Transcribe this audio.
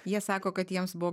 jie sako kad jiems buvo